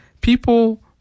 people